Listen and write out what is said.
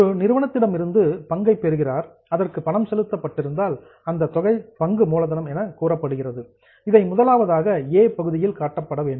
ஒரு நிறுவனத்திடமிருந்து பங்கை பெறுகிறார் அதற்கு பணம் செலுத்த பட்டிருந்தால் அந்த தொகை பங்கு மூலதனம் எனக் கூறப்படுகிறது இதை முதலாவதாக ஏ பகுதியில் காட்ட வேண்டும்